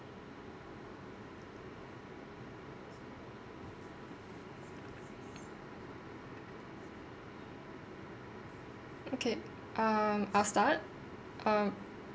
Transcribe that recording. okay um I'll start um